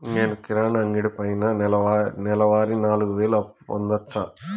నేను కిరాణా అంగడి పైన నెలవారి నాలుగు వేలు అప్పును పొందొచ్చా?